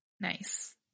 Nice